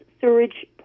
sewage